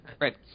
right